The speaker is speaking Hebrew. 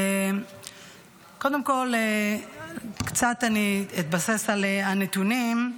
קודם כול, אני אתבסס קצת על הנתונים,